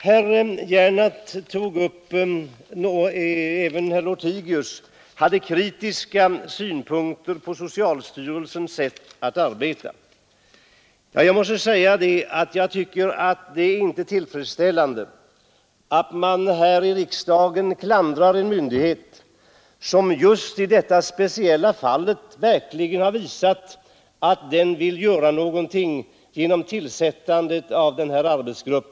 Herr Gernandt och även herr Lothigius hade sedan en del kritiska synpunkter på socialstyrelsens sätt att arbeta. Jag tycker dock inte att det är tillfredsställande att man här i riksdagen klandrar en myndighet som i detta fall verkligen har visat att den vill göra något genom att tillsätta nämnda arbetsgrupp.